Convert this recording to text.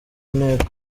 nteko